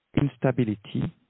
instability